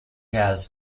has